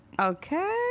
Okay